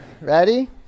ready